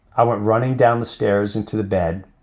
i went running down the stairs into the bed.